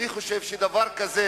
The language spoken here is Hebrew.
אני חושב שדבר כזה,